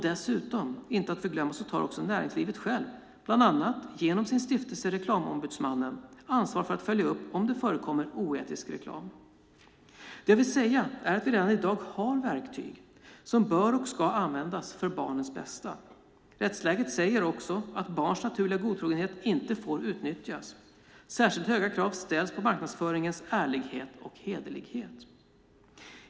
Dessutom tar också näringslivet självt bland annat genom sin stiftelse Reklamombudsmannen ansvar för att följa upp om det förekommer oetisk reklam. Det jag vill säga är att vi redan i dag har verktyg som bör och ska användas för barnens bästa. Rättsläget säger också att barns naturliga godtrogenhet inte får utnyttjas. Särskilt höga krav ställs på marknadsföringens ärlighet och hederlighet.